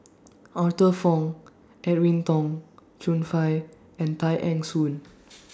Arthur Fong Edwin Tong Chun Fai and Tay Eng Soon